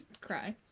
cry